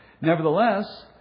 Nevertheless